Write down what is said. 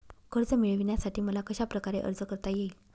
कर्ज मिळविण्यासाठी मला कशाप्रकारे अर्ज करता येईल?